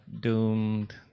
doomed